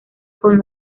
con